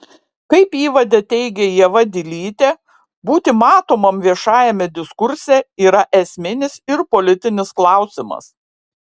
kaip įvade teigia ieva dilytė būti matomam viešajame diskurse yra esminis ir politinis klausimas